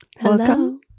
Hello